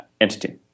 entity